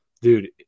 dude